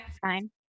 Fine